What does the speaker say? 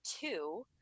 two